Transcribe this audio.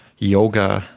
yoga,